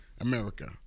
America